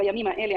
בימים האלה,